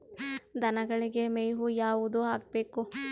ದನಗಳಿಗೆ ಮೇವು ಯಾವುದು ಹಾಕ್ಬೇಕು?